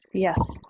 yes.